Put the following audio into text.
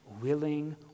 willing